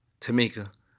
Tamika